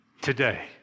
today